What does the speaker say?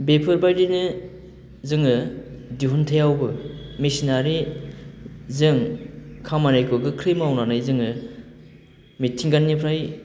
बेफोरबायदिनो जोङो दिहुनथाइआवबो मेसिनारि जों खामानिखौ गोख्रै मावनानै जोङो मिथिंगानिफ्राय